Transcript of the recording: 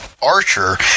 archer